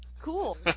cool